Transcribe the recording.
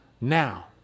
now